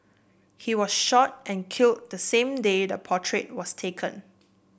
he was shot and killed the same day the portrait was taken